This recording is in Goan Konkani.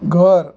घर